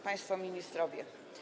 Państwo Ministrowie!